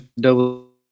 double